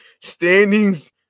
Standings